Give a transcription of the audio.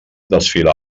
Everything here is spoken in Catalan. desfilar